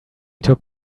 took